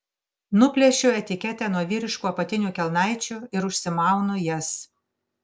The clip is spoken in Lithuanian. nuplėšiu etiketę nuo vyriškų apatinių kelnaičių ir užsimaunu jas